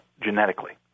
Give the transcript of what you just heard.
genetically